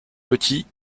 petit